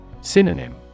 Synonym